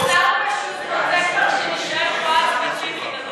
השר פשוט רוצה כבר שנישאר פה עד ותיקין,